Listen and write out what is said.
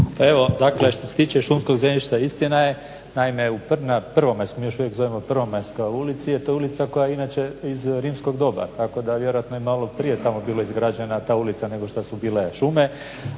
Evo dakle što se tiče šumskog zemljišta istina je, naime na prvomajskom, mi još uvijek zovemo prvomajska ulica jer je to ulica koja je inače iz rimskog doba. Tako da vjerojatno je maloprije bila izgrađena ta ulica nego što su bile šume.